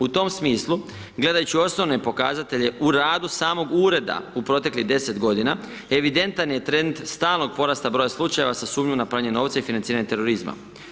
U tom smislu, gledajući osnovne pokazatelje u radu samog Ureda u proteklih 10 g. evidentan je trend stalnog porasta broja slučaja za sumnju pranju novca i financiranje terorizma.